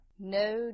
No